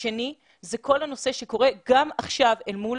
הדבר השני הוא כל הנושא שקורה גם עכשיו אל מול